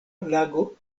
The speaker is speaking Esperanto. lago